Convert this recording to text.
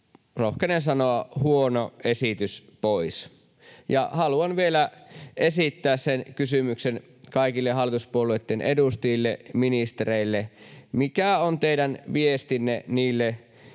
rohkenen sanoa — huono esitys pois. Ja haluan vielä esittää kaikille hallituspuolueitten edustajille ja ministereille sen kysymyksen: mikä on teidän viestinne niille